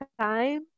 time